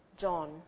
John